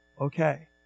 Okay